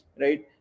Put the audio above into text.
right